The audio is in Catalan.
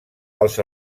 els